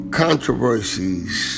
controversies